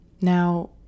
now